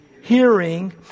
hearing